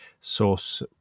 source